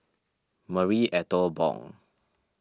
Marie Ethel Bong